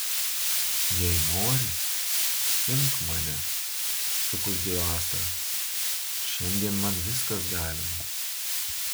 jei nori imk mane sukuždėjo astra šiandien man viskas galima